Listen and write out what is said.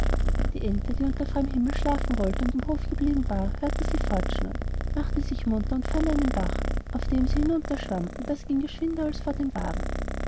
die ente die unter freiem himmel schlafen wollte und im hof geblieben war hörte sie fortschnurren machte sich munter und fand einen bach auf dem sie hinunter schwamm und das ging geschwinder als vor dem wagen